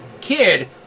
kid